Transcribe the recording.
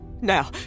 Now